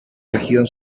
región